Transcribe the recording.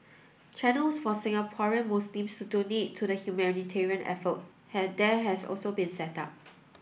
channels for Singaporean Muslims to donate to the humanitarian effort has there has also been set up